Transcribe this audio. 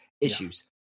issues